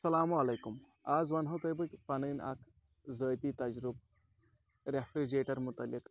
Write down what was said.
اَسَلامُ علیکُم اَز وَنہو تۄہہِ بہٕ پَنٕنۍ اَکھ ذٲتی تَجرُبہٕ رٮ۪فرِجریٹَر متعلق